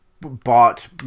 bought